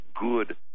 good